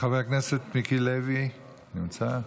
חבר הכנסת מיקי לוי נמצא?